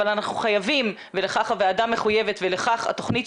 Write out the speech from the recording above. אבל אנחנו חייבים ולכך הוועדה מחויבת ולכך התוכנית